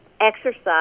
exercise